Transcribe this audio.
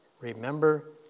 remember